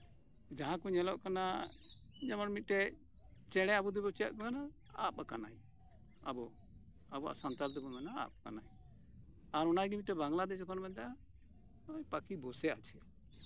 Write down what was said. ᱡᱟᱦᱟᱸ ᱠᱚ ᱧᱮᱞᱚᱜ ᱠᱟᱱᱟ ᱡᱮᱢᱚᱱ ᱢᱤᱫᱴᱮᱡ ᱪᱮᱬᱮ ᱟᱵᱚ ᱫᱚ ᱪᱮᱫ ᱵᱚ ᱢᱮᱱᱟ ᱟᱵ ᱟᱠᱟᱱᱟᱭ ᱟᱵᱚ ᱟᱵᱚᱣᱟᱜ ᱥᱟᱱᱛᱟᱞᱤ ᱛᱮᱵᱚᱱ ᱢᱮᱱᱟ ᱟᱵ ᱟᱨᱠᱟᱱᱟᱭ ᱟᱨ ᱚᱱᱟ ᱜᱮ ᱢᱤᱫᱴᱮᱱ ᱵᱟᱝᱞᱟ ᱛᱮ ᱡᱚᱠᱷᱚᱱ ᱵᱚᱱ ᱢᱮᱛᱟᱜᱼᱟ ᱳᱭ ᱯᱟᱠᱷᱤ ᱵᱚᱥᱮ ᱟᱪᱷᱮ